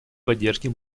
поддержке